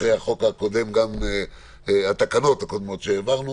אחרי החוק הקודם, התקנות הקודמות שהעברנו.